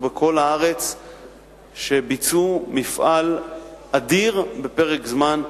בכל הארץ שביצעו מפעל אדיר בפרק זמן קצר,